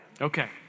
Okay